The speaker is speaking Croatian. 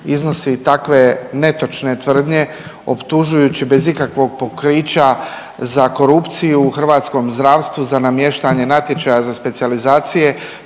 iznosi takve netočne tvrdnje, optužujući bez ikakvog pokrića za korupciju u hrvatskom zdravstvu, za namještanje natječaja za specijalizacije.